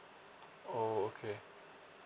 oh okay